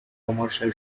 commercial